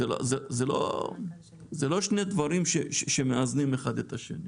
אלה לא שני דברים שמאזנים אחד את השני.